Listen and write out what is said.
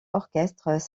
orchestres